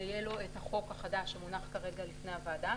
ויהיה לו את החוק החדש שמונח כרגע בפני הוועדה,